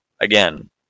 again